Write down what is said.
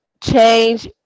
change